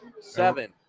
Seven